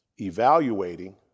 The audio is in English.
Evaluating